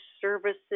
services